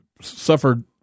suffered